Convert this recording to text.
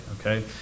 okay